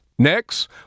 Next